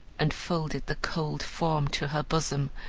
and folded the cold form to her bosom,